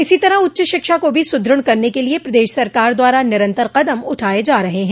इसी तरह उच्च शिक्षा को भी सुदृढ़ करने के लिये प्रदेश सरकार द्वारा निरन्तर कदम उठाये जा रहे हैं